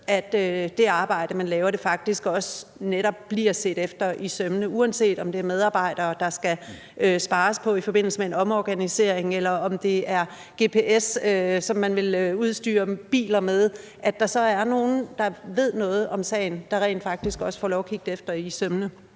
at det arbejde, man laver, faktisk netop også bliver set efter i sømmene, uanset om det er medarbejdere, der skal spares på i forbindelse med en omorganisering, eller om det er gps, som man vil udstyre biler med, altså at der er nogle, der ved noget om sagen, der rent faktisk også får lov at kigge det efter i sømmene.